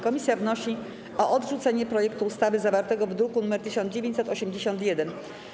Komisja wnosi o odrzucenie projektu ustawy zawartego w druku nr 1981.